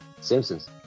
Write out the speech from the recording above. Simpsons